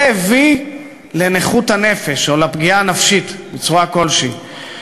זה הביא לנכות הנפש או לפגיעה הנפשית בצורה כלשהי.